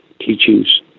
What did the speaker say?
teachings